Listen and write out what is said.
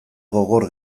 gogor